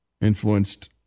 influenced